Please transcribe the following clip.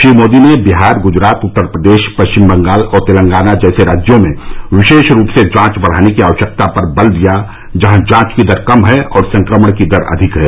श्री मोदी ने बिहार गुजरात उत्तरप्रदेश पश्चिम बंगाल और तेलंगाना जैसे राज्यों में विशेष रूप से जांच बढ़ाने की आवश्यकता पर बल दिया जहां जांच की दर कम है और संक्रमण की दर अधिक है